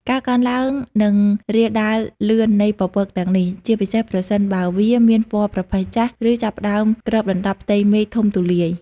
ការកើនឡើង និងរាលដាលលឿននៃពពកទាំងនេះ ជាពិសេសប្រសិនបើវាមានពណ៌ប្រផេះចាស់ ឬចាប់ផ្តើមគ្របដណ្តប់ផ្ទៃមេឃធំទូលាយ។